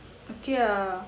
okay lah